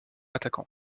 attaquant